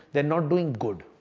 they're not doing good.